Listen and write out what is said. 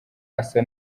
asa